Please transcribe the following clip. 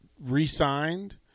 re-signed